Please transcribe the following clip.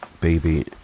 Baby